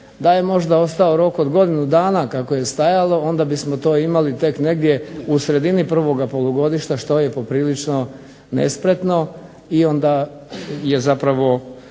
Da je možda ostao rok od godinu dana kako je stajalo onda bismo to imali tek negdje u sredini prvoga polugodišta što je poprilično nespretno i onda je zapravo